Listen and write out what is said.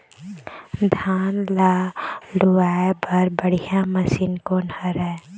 धान ला लुआय बर बढ़िया मशीन कोन हर आइ?